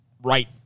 right